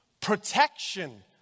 protection